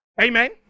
Amen